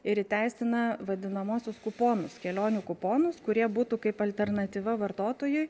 ir įteisina vadinamuosius kuponus kelionių kuponus kurie būtų kaip alternatyva vartotojui